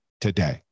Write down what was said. today